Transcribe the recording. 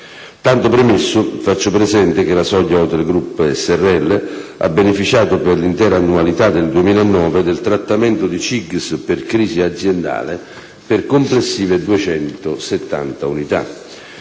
Tanto premesso, faccio presente che la Soglia Hotel Group s.r.l. ha beneficiato per l'intera annualità del 2009 del trattamento di CIGS per crisi aziendale per complessive 270 unità.